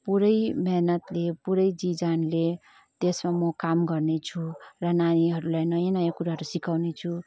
पुरै मेहनतले पुरै जिजानले त्यसमा मो काम गर्नेछु र नानीहरूलाई नयाँ नयाँ कुराहरू सिकाउनेछु